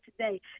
today